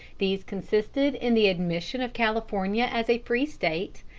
these consisted in the admission of california as a free state,